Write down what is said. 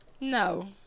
no